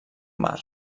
mar